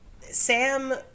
Sam